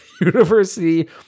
University